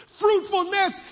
Fruitfulness